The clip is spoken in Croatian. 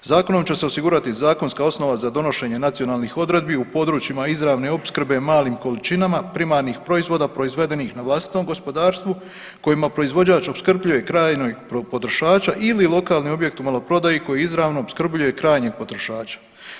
Zakonom će se osigurati zakonska osnova za donošenje nacionalnih odredbi u područjima izravne opskrbe malim količinama primarnih proizvoda proizvedenih na vlastitom gospodarstvu kojima proizvođač opskrbljuje krajnjeg potrošača ili lokalni objekt u maloprodaji koji izravno opskrbljuje krajnjeg potrošača.